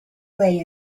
way